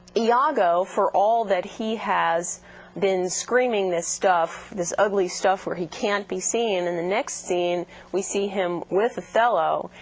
iago for all that he has been screaming this stuff this ugly stuff where he can't be seen, in the next scene we see him with othello,